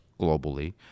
globally